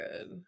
good